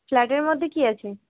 ফ্ল্যাটের মধ্যে কি আছে